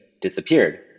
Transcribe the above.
disappeared